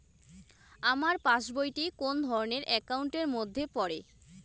আমার পাশ বই টি কোন ধরণের একাউন্ট এর মধ্যে পড়ে?